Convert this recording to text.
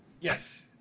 Yes